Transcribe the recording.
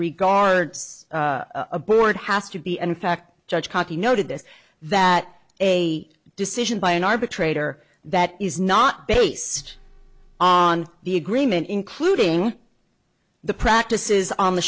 regards a board has to be in fact judge hockey noted this that a decision by an arbitrator that is not based on the agreement including the practices on the